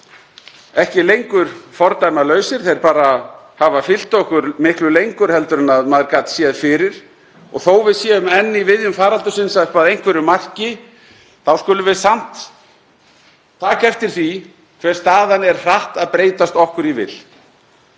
ekki lengur fordæmalausir, þeir hafa bara fylgt okkur miklu lengur en maður gat séð fyrir. Og þó að við séum enn í viðjum faraldursins upp að einhverju marki þá skulum við samt taka eftir því hve hratt staðan er að breytast okkur í vil.